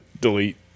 delete